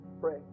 pray